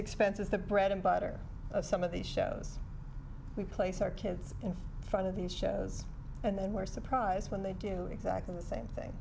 the bread and butter of some of these shows we place our kids in front of these shows and then we're surprised when they do exactly the same thing